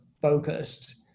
focused